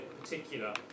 particular